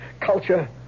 culture